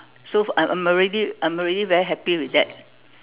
so I'm already I'm already very happy with that